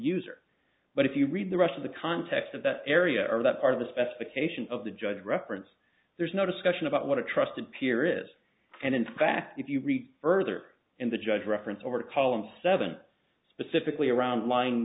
user but if you read the rest of the context of that area or that part of the specification of the judge reference there's no discussion about what a trusted peer is and in fact if you read further in the judge referenced over columns seven specifically around lying